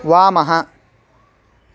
वामः